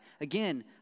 again